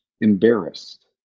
embarrassed